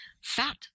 fat